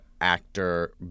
actor